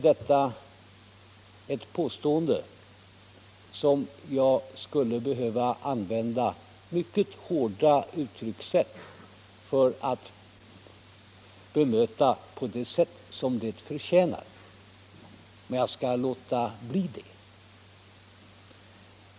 Detta är ett påstående som jag skulle behöva använda mycket hårda uttryck för att bemöta på det sätt som det förtjänar. Men jag skall låta bli det.